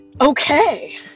okay